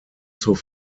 zur